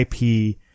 IP